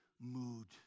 mood